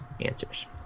answers